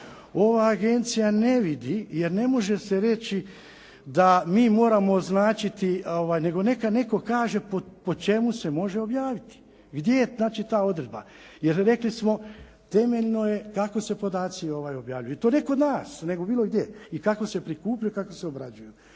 Ova agencija ne vidi jer ne može se reći da mi moramo označiti nego neka netko kaže po čemu se može objaviti, gdje je ta odredba. Jer, rekli smo temeljno je kako se podaci objavljuju i to ne kod nas nego bilo gdje i kako se prikupljaju, kako se obrađuju.